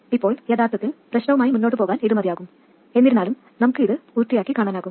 ഇപ്പോൾ യഥാർത്ഥത്തിൽ പ്രശ്നവുമായി മുന്നോട്ട് പോകാൻ ഇത് മതിയാകും എന്നിരുന്നാലും നമുക്ക് ഇത് പൂർത്തിയാക്കി കാണാനാകും